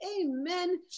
amen